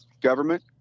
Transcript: government